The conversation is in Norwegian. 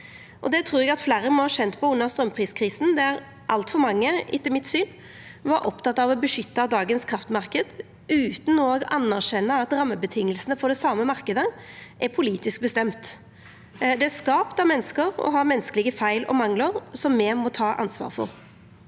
Det trur eg at fleire må ha kjent på under straumpriskrisa, der altfor mange etter mitt syn var opptekne av å beskytta dagens kraftmarknad, utan òg å anerkjenna at rammevilkåra for den same marknaden er politisk bestemte. Det er skapt av menneske og har menneskelege feil og manglar som me må ta ansvar for.